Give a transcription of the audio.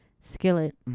skillet